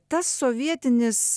tas sovietinis